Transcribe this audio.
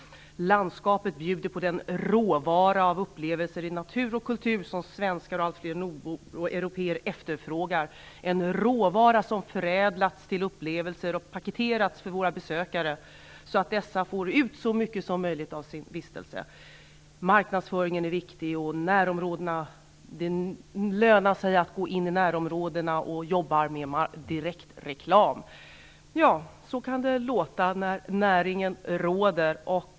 Det står så här: "Landskapet bjuder på den `råvara ́ av upplevelser i natur och kultur som svenskar och allt fler nordbor och européer frågar efter - en ?råvara ́ som förädlas till upplevelser och paketeras för våra besökare, så att dessa skall få ut så mycket mer av sin vistelse." Vidare handlar det om att marknadsföringen är viktig. Det lönar sig att gå in i närområdena och att jobba med direktreklam.